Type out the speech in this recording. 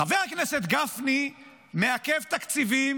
חבר הכנסת גפני מעכב תקציבים